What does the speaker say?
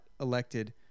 elected